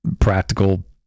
practical